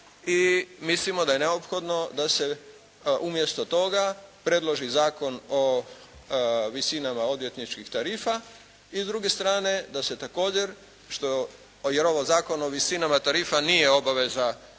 mislimo da je neophodno da se umjesto toga predloži Zakon o visinama odvjetničkih tarifa. I s druge strane da se također što, jer ovo Zakon o visinama tarifa nije obaveza u skladu